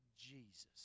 Jesus